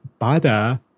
Bada